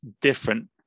different